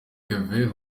kevin